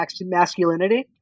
masculinity